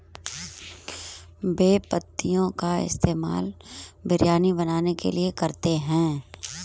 बे पत्तियों का इस्तेमाल बिरयानी बनाने के लिए करते हैं